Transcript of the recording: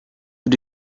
you